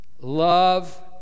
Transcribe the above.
Love